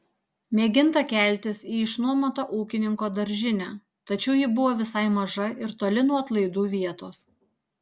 mėginta keltis į išnuomotą ūkininko daržinę tačiau ji buvo visai maža ir toli nuo atlaidų vietos